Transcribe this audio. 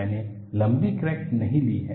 मैंने लंबी क्रैक नहीं ली है